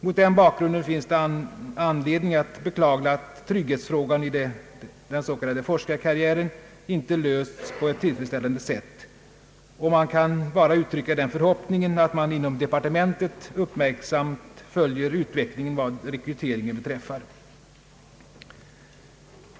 Mot den bakgrunden finns det anledning att beklaga att trygghetsfrågan i den s.k. forskarkarriären inte lösts på ett tillfredsställande sätt, och jag kan bara uttrycka den förhoppningen att man inom .departementet uppmärsamt följer utvecklingen i fråga om rekryteringen.